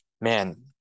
man